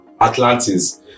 Atlantis